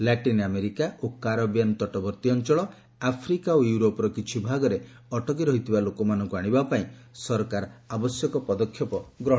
latrine America ଓ Caribbean ତଟବର୍ତୀ ଅଂଚଳ ଆଫ୍ରିକା ଓ ୟୁରୋପର କିଛି ଭାଗରେ ଅଟକି ରହିଥିବା ଲୋକମାନଙ୍କୁ ଆଶିବା ପାଇଁ ସରକାର ଆବଶ୍ୟକ ପଦକ୍ଷେପ ଗ୍ରହଣ କର୍ଗ୍ରଚ୍ଛନ୍ତି